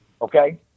Okay